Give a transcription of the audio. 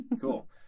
Cool